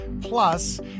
plus